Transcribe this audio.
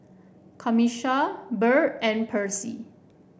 Camisha Byrd and Percy